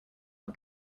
are